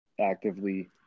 actively